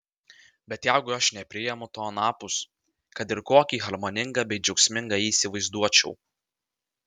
bet jeigu aš nepriimu to anapus kad ir kokį harmoningą bei džiaugsmingą jį įsivaizduočiau